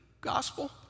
gospel